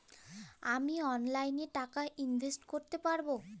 আমি অনলাইনে টাকা ইনভেস্ট করতে পারবো?